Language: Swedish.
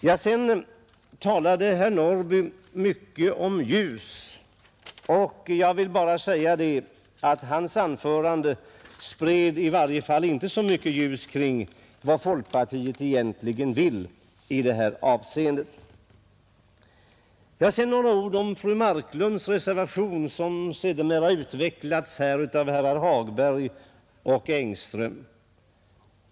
Herr Norrby talade mycket om ljus, och jag vill bara säga att hans anförande i varje fall inte spred så mycket ljus kring vad folkpartiet egentligen vill i det här avseendet. Vidare vill jag säga några ord om fru Marklunds reservation, som sedermera utvecklats av herrar Hagberg och Engström.